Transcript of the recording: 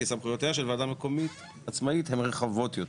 כי סמכויותיה של וועדה מקומית עצמאית הן רחבות יותר,